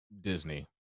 Disney